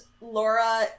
Laura